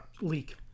leak